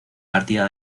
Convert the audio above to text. partida